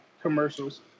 commercials